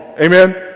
Amen